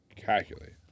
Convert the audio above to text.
Calculate